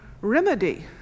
remedy